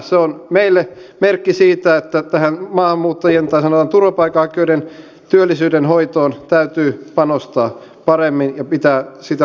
se on meille merkki siitä että tähän maahanmuuttajien tai sanotaan turvapaikanhakijoiden työllisyyden hoitoon täytyy panostaa paremmin ja pitää sitä silmällä